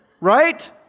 Right